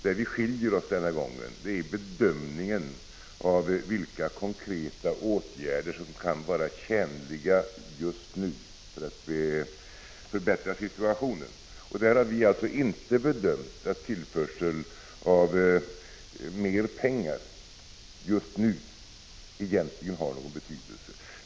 Där vi skiljer oss denna gång är i bedömningen av vilka konkreta åtgärder som kan vara tjänliga just nu för att förbättra situationen. Vi har alltså inte bedömt att tillförsel av mer pengar just nu egentligen har någon betydelse.